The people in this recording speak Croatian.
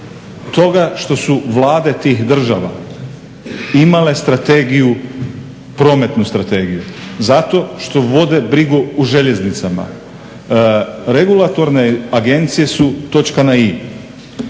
toga što su vlade tih država imale prometnu strategiju zato što vode brigu o željeznicama. Regulatorne agencije su točka na i.